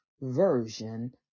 version